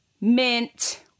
Mint